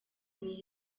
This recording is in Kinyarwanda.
niyo